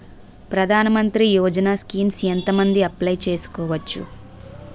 ప్రధాన మంత్రి యోజన స్కీమ్స్ ఎంత మంది అప్లయ్ చేసుకోవచ్చు?